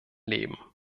leben